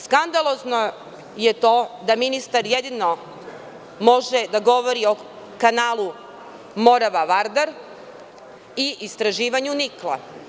Skandalozno je to da ministar jedino može da govori o Kanalu Morava-Vardar i istraživanju nikla.